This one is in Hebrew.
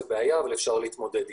אבל זו בעיה שאפשר להתמודד איתה.